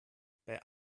bei